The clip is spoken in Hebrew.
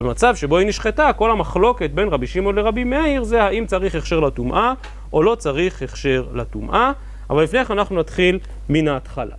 במצב שבו היא נשחטה, כל המחלוקת בין רבי שמעון לרבי מאיר זה האם צריך הכשר לטומאה או לא צריך הכשר לטומאה. אבל לפני כן אנחנו נתחיל מן ההתחלה.